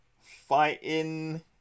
fighting